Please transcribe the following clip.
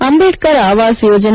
Ambedkar Awas Yojana